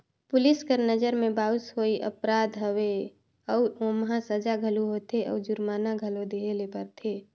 police कर नंजर में बाउंस होवई अपराध हवे अउ ओम्हां सजा घलो होथे अउ जुरमाना घलो देहे ले परथे